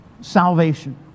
salvation